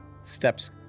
steps